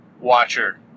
Watcher